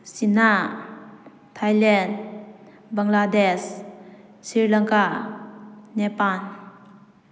China Thailand Bangladesh sri Lanka Nepal